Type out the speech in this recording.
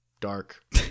dark